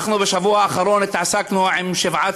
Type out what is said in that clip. אנחנו בשבוע האחרון התעסקנו עם שבעה